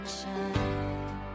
shine